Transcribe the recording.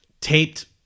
taped